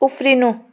उफ्रिनु